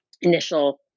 initial